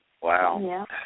Wow